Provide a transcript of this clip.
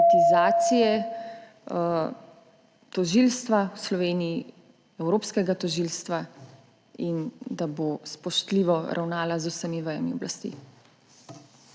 politizacije tožilstva v Sloveniji, evropskega tožilstva in bo spoštljivo ravnala z vsemi vejami oblasti.